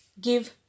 give